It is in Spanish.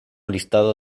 listado